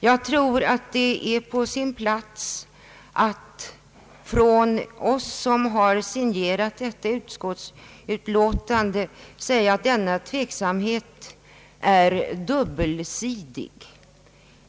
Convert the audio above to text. Jag tror att det är på sin plats att någon av oss som har signerat detta utskottsutlåtande säger att tveksamhet har rått även inom utskottet.